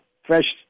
fresh